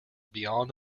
beyond